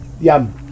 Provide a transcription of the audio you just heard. Yum